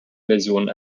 versionen